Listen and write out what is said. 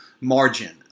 margin